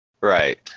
Right